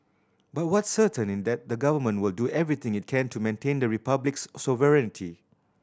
but what's certain in that the government will do everything it can to maintain the Republic's sovereignty